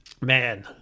Man